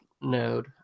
node